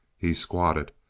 he squatted,